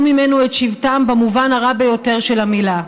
ממנו את שבטם במובן הרע ביותר של המילה.